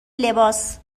لباس